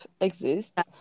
exists